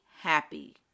happy